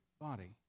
body